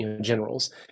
generals